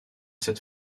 cette